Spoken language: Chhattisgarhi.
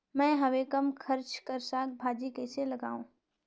मैं हवे कम खर्च कर साग भाजी कइसे लगाव?